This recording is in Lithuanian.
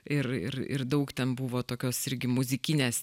ir ir ir daug ten buvo tokios irgi muzikinės